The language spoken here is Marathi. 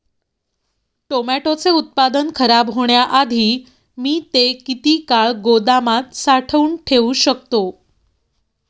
टोमॅटोचे उत्पादन खराब होण्याआधी मी ते किती काळ गोदामात साठवून ठेऊ शकतो?